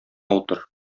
утыр